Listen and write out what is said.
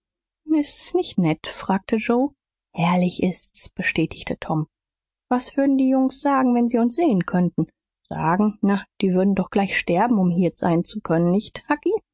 nicht nett fragte joe herrlich ist's bestätigte tom was würden die jungs sagen wenn sie uns sehen könnten sagen na die würden doch gleich sterben um hier sein zu können nicht hucky